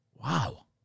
Wow